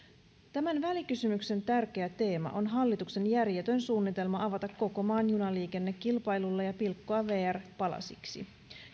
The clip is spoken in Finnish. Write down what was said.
tämän välikysymyksen tärkeä teema on hallituksen järjetön suunnitelma avata koko maan junaliikenne kilpailulle ja pilkkoa vr palasiksi